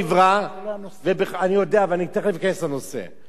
זה לא הנושא.